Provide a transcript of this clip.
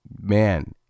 man